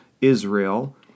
Israel